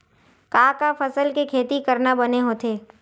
का का फसल के खेती करना बने होथे?